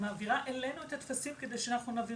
היא מעבירה אלינו את הטפסים כדי שאנחנו נעביר